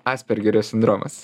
aspergerio sindromas